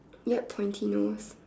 yup pointy nose